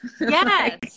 Yes